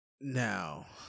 Now